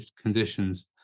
conditions